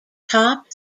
top